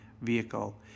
vehicle